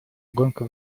гонка